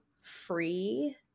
free